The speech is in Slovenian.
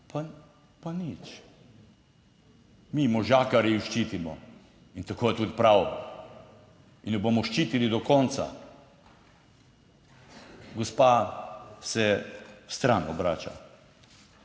Pa nič. Mi možakarji jo ščitimo in tako je tudi prav in jo bomo ščitili do konca. Gospa se stran obrača.